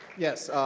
yes,